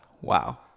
Wow